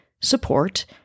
support